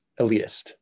elitist